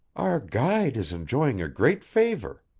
our guide is enjoying a great favor.